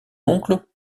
oncle